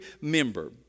member